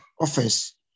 office